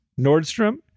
Nordstrom